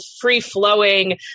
free-flowing